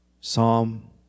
Psalm